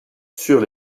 sur